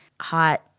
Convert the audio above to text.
hot